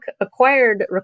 acquired